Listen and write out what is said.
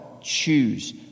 Choose